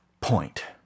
point